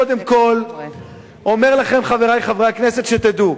אני קודם כול אומר לכם, חברי חברי הכנסת, שתדעו,